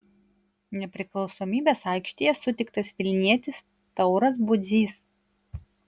nepriklausomybės aikštėje sutiktas vilnietis tauras budzys